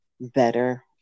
better